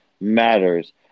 matters